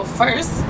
first